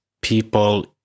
people